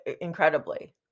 Incredibly